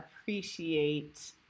appreciate